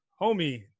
Homie